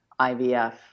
IVF